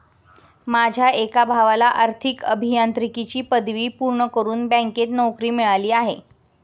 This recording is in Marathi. माझ्या एका भावाला आर्थिक अभियांत्रिकीची पदवी पूर्ण करून बँकेत नोकरी मिळाली आहे